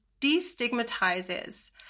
destigmatizes